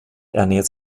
ernährt